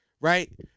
right